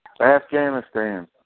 Afghanistan